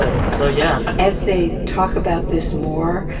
ah so, yeah as they talk about this more,